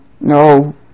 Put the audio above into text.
no